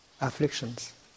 afflictions